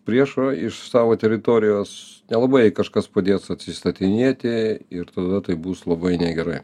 priešo iš savo teritorijos nelabai jei kažkas padės atsistatinėti ir tada tai bus labai negerai